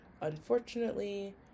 unfortunately